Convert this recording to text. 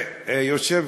גברתי היושבת-ראש,